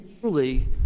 truly